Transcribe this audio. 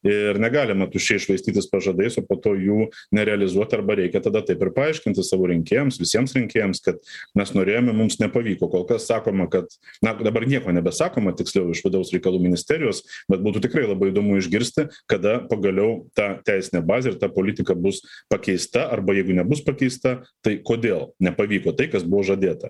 ir negalima tuščiai švaistytis pažadais o po to jų nerealizuot arba reikia tada taip ir paaiškinti savo rinkėjams visiems rinkėjams kad mes norėjome mums nepavyko kol kas sakoma kad na dabar nieko nebesakoma tiksliau iš vidaus reikalų ministerijos bet būtų tikrai labai įdomu išgirsti kada pagaliau ta teisinė bazė ir ta politika bus pakeista arba jeigu nebus pakeista tai kodėl nepavyko tai kas buvo žadėta